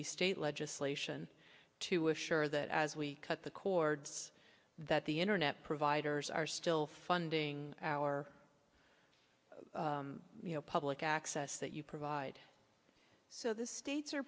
be state legislation to assure that as we cut the cords that the internet providers are still funding our you know public access that you provide so the states are